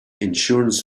insurance